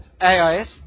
AIS